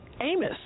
Amos